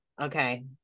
Okay